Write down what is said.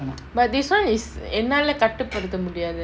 but this one is என்னால கட்டு படுத்த முடியாது:ennala kattu patutha mudiyathu